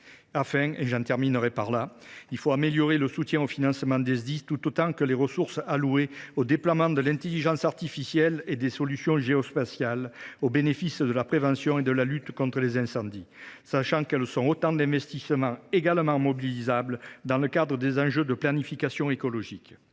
Enfin, et j’en terminerai par là, il faut améliorer le soutien au financement des Sdis tout autant que les ressources allouées au déploiement de l’intelligence artificielle et des solutions géospatiales au bénéfice de la prévention et de la lutte contre les incendies, sachant qu’il s’agit d’investissements également utiles dans le cadre des enjeux de planification écologique.